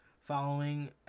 following